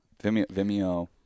Vimeo –